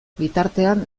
bitartean